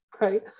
Right